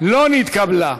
לא נתקבלה.